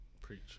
Preach